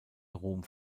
rom